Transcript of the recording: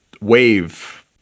wave